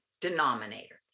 denominator